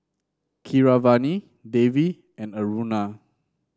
Keeravani Devi and Aruna